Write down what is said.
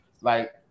Like-